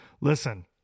Listen